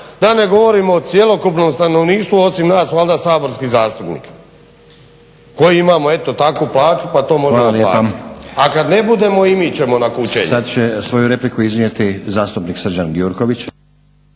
da ne govorim o cjelokupnom stanovništvu osim nas valjda saborskih zastupnika koji imamo eto takvu plaću pa to možemo platiti, a kad ne budemo i mi ćemo na kućenje. **Stazić, Nenad (SDP)** Hvala lijepa. Sad će svoju repliku iznijeti zastupnik Srđan Gjurković.